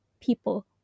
people